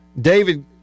David